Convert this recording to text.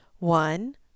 One